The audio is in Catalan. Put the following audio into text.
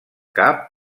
cap